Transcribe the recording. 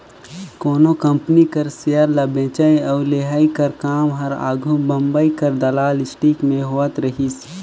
कोनो कंपनी कर सेयर ल बेंचई अउ लेहई कर काम हर आघु बंबई कर दलाल स्टीक में होवत रहिस